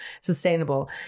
sustainable